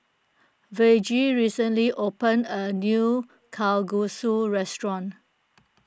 Virgie recently opened a new Kalguksu restaurant